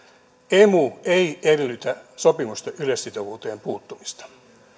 emu ei edellytä sopimusten yleissitovuuteen puuttumista